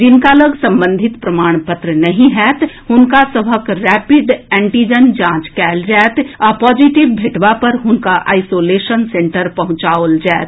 जिनका लऽग संबंधित प्रमाण पत्र नहि होएत हुनका सभक रैपिड एंटीजन जांच कएल जाएत आ पॉजिटिव भेटबा पर हुनका आईसोलेशन सेन्टर पहुंचाओल जाएत